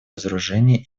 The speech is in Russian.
разоружения